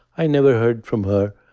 i never heard from her